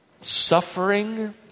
Suffering